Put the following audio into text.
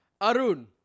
Arun